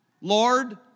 Lord